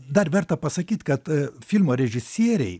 dar verta pasakyt kad filmo režisieriai